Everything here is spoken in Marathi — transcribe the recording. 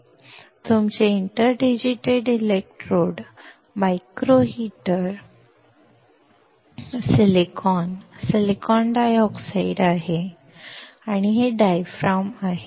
स्लाइडचा संदर्भ घ्या हे तुमचे interdigitated electrodes micro heater silicon silicon dioxide आहे आणि हे डायफ्राम आहे